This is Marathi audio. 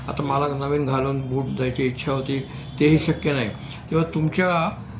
आता मला नवीन घालून बूट जायची इच्छा होती तेही शक्य नाही तेव्हा तुमच्या